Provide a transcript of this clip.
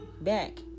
back